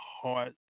heart